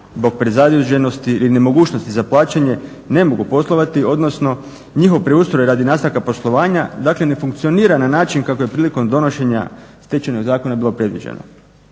ne mogu poslovati odnosno njihov preustroj radi nastavka poslovanja ne funkcionira na način kako je priliko donošenja Stečajnog zakona bilo predviđeno.